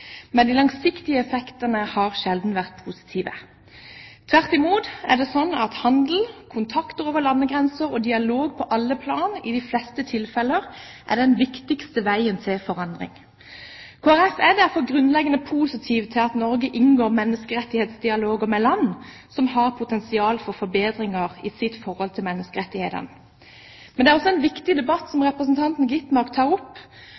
men de langsiktige effektene har sjelden vært positive. Tvert imot er det slik at handel, kontakt over landegrenser og dialog på alle plan i de fleste tilfeller er den viktigste veien til forandring. Kristelig Folkeparti er derfor grunnleggende positiv til at Norge inngår menneskerettighetsdialoger med land som har potensial for forbedringer i sitt forhold til menneskerettighetene. Men det er også en viktig debatt representanten Gitmark tar opp,